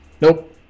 nope